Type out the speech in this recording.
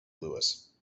louis